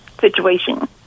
situation